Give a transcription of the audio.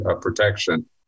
protection